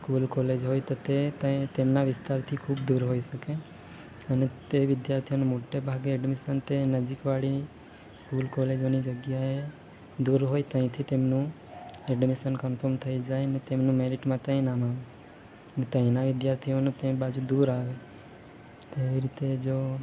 school college હોય તો તે ત્યાં તેમના વિસ્તારથી ખૂબ દૂર હોઈ શકે અને તે વિદ્યાર્થીઓને મોટે ભાગે એડમિશન તે નજીકવાળી સ્કૂલ કોલેજોની જગ્યાએ દૂર હોય ત્યાંથી તેમનું એડમિશન કનફોર્મ થઈ જાય ને તેમનું મેરિટમાં ત્યાં નામ આવે ત્યાંના વિદ્યાર્થીઓનું તે બાજુ દૂર આવે તો એવી રીતે જો